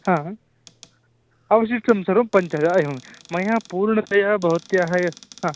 अवशिष्टं सर्वं पञ्चदा एवं मया पूर्णतया भवत्याः य